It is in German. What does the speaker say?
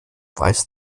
weiß